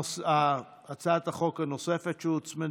אנחנו ניגשים להצמדות.